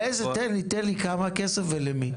כמה כסף ולמי?